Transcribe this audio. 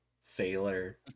Sailor